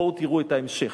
בואו תראו את ההמשך.